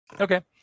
Okay